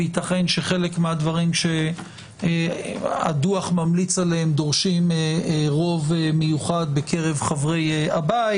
ויתכן שחלק מהדברים שהדוח ממליץ עליהם דורשים רוב מיוחד בקרב חברי הבית.